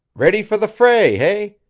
ready for the fray,